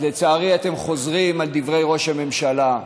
אז לצערי אתם חוזרים על דברי ראש הממשלה.